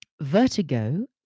vertigo